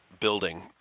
building